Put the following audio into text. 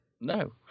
No